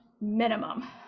minimum